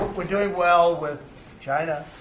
we're doing well with china,